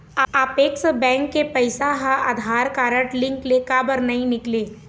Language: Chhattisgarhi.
अपेक्स बैंक के पैसा हा आधार कारड लिंक ले काबर नहीं निकले?